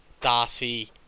Darcy